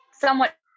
somewhat